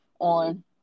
on